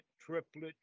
triplet